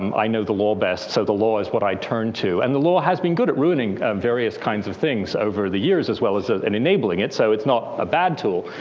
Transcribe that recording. um i know the law best, so the law is what i turn to. and the law has been good at ruining various kinds of things over the years, as well as as and enabling it. so it's not a bad tool.